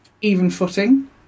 even-footing